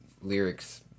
lyrics